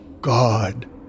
God